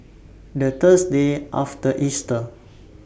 The Thursday after Easter